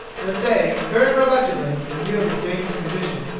that they, very reluctantly, in view of his dangerous condition,